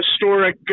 historic